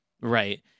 Right